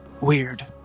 Weird